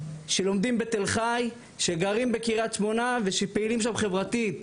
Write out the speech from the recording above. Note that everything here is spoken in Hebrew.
שלומדים בתל חי שגרים בקרית שמונה ושפעילים שם חברתית.